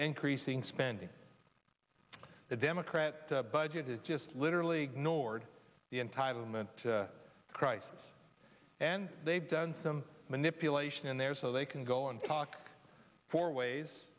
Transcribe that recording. increasing spending the democrat budget it just literally ignored the entitlement crisis and they've done some manipulation in there so they can go and talk four